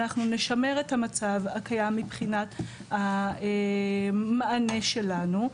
אנחנו נשמר את המצב הקיים מבחינת המענה שלנו,